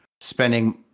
spending